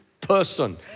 person